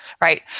right